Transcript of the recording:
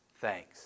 Thanks